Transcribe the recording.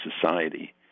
society